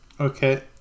Okay